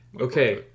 Okay